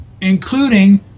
including